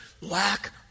lack